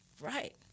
Right